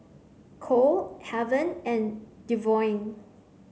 Kole Heaven and Devaughn